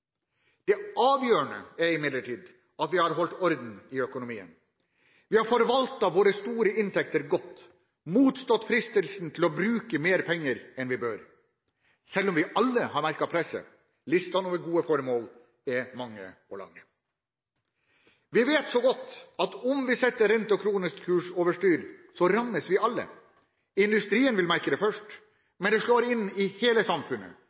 Det avgjørende er imidlertid at vi har holdt orden i økonomien. Vi har forvaltet våre store inntekter godt og motstått fristelsen til å bruke mer penger enn vi bør – selv om vi alle har merket presset. Listene over de gode formål er mange og lange. Vi vet så godt at om vi setter rente og kronekurs over styr, rammes vi alle. Industrien vil merke det først, men det slår inn i hele samfunnet.